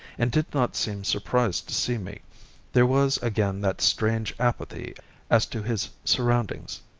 and did not seem surprised to see me there was again that strange apathy as to his surroundings.